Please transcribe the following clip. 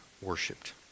worshipped